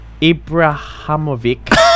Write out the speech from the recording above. Ibrahimovic